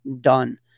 done